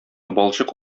балчык